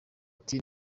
ati